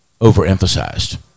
overemphasized